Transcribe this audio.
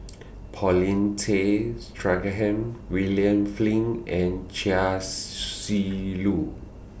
Paulin Tay Straughan William Flint and Chia Shi Lu